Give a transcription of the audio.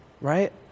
right